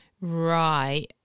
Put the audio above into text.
right